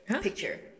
Picture